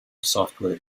software